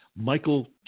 Michael